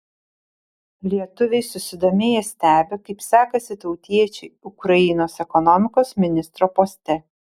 lietuviai susidomėję stebi kaip sekasi tautiečiui ukrainos ekonomikos ministro poste